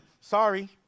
sorry